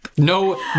No